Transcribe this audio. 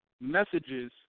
messages